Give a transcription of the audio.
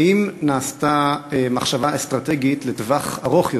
האם נעשתה מחשבה אסטרטגית לטווח ארוך יותר?